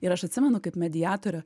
ir aš atsimenu kaip mediatorė